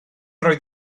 roedd